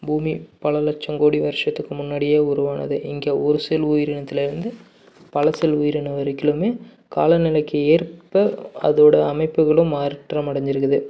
பூமி பல லட்சம் கோடி வருஷத்துக்கு முன்னாடியே உருவானது இங்கே ஒரு செல் உயிரினத்தில் இருந்து பல செல் உயிரினம் வரைக்கிலுமே காலநிலைக்கு ஏற்ப அதோடய அமைப்புகளும் மாற்றம் அடைஞ்சிருக்குது